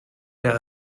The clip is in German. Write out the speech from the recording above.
der